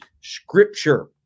Scripture